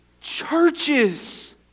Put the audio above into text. churches